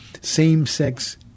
same-sex